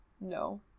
no